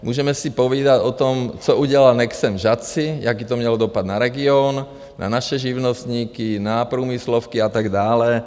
Můžeme si povídat o tom, co udělal Nexen v Žatci, jaký to mělo dopad na region, na naše živnostníky, na průmyslovky a tak dále.